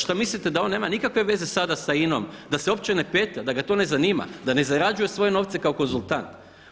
Šta mislite da on nema nikakve veze sada sa INA-om, da se uopće ne petlja, da ga to ne zanima, da ne zarađuje svoje novce kao konzultant?